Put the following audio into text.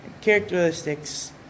Characteristics